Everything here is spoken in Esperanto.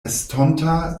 estonta